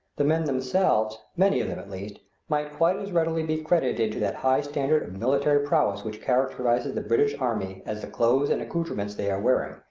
the men themselves many of them, at least might quite as readily be credited to that high standard of military prowess which characterizes the british army as the clothes and accoutrements they are wearing,